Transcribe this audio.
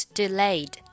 delayed